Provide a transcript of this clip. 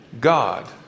God